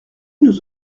nous